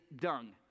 dung